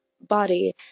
body